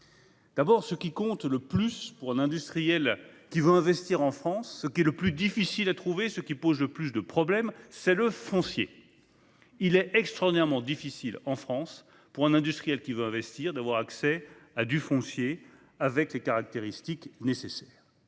D'abord, ce qui compte le plus pour un industriel qui veut investir en France, ce qui est le plus difficile à trouver, ce qui pose le plus de problèmes, c'est le foncier. Il est extraordinairement difficile en France, pour un industriel qui veut investir, d'avoir accès à du foncier présentant les caractéristiques voulues.